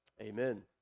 amen